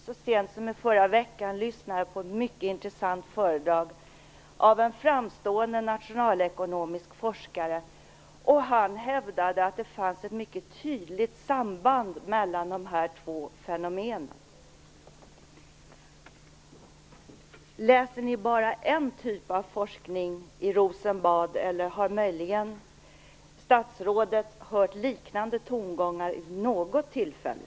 Så sent som i förra veckan lyssnade jag på ett mycket intressant föredrag av en framstående nationalekonomisk forskare. Han hävdade att det fanns ett mycket tydligt samband mellan dessa två fenomen. Läser ni bara en typ av forskning i Rosenbad, eller har möjligen statsrådet hört liknande tongångar vid något tillfälle?